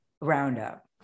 roundup